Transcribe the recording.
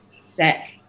set